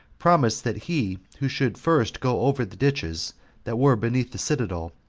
promised that he who should first go over the ditches that were beneath the citadel,